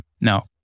Now